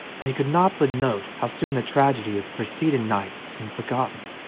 and he could not but note how soon the tragedy of the preceding night seemed forgotten.